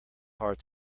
hard